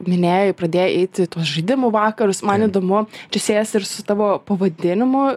minėjai pradėjai eiti į tuos žaidimų vakarus man įdomu čia siejas ir su tavo pavadinimu